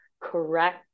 correct